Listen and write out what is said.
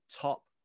top